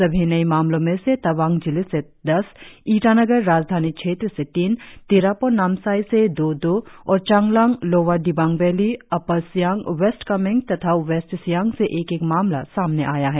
सभी नए मामलों में से तवांग जिले से दस ईटानगर राजधानी क्षेत्र से तीन तिरप और नामसाई से दो दो और Changlang lower Dibang valley upper Siang west Kameng तथा वेस्ट सियांग से एक एक मामला सामने आया है